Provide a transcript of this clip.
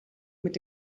mit